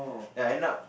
then end up